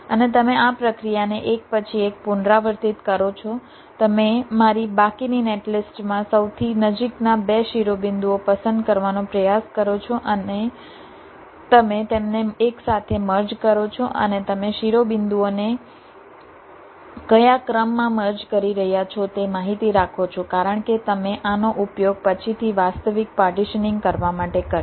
અને તમે આ પ્રક્રિયાને એક પછી એક પુનરાવર્તિત કરો છો તમે મારી બાકીની નેટલિસ્ટમાં સૌથી નજીકના 2 શિરોબિંદુઓ પસંદ કરવાનો પ્રયાસ કરો છો અને તમે તેમને એકસાથે મર્જ કરો છો અને તમે શિરોબિંદુઓને કયા ક્રમમાં મર્જ કરી રહ્યાં છો તે માહિતી રાખો છો કારણ કે તમે આનો ઉપયોગ પછીથી વાસ્તવિક પાર્ટીશનીંગ કરવા માટે કરશો